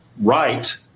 right